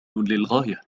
للغاية